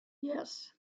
yes